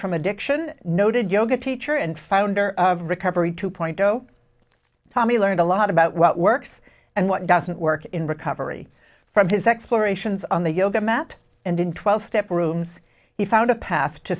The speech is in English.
from addiction noted yoga teacher and founder of recovery two point zero tommy learned a lot about what works and what doesn't work in recovery from his explorations on the yoga mat and in twelve step rooms he found a path to